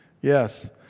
Yes